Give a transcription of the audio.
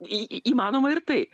į įmanoma ir tai